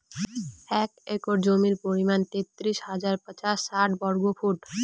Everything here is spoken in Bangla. এক একর জমির পরিমাণ তেতাল্লিশ হাজার পাঁচশ ষাট বর্গফুট